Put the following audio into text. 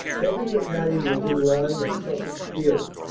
every battalion was in line and suffered severely.